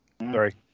Sorry